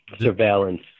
surveillance